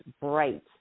bright